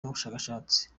n’ubushakashatsi